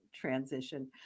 transition